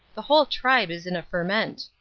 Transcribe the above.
the whole tribe is in a ferment.